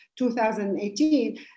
2018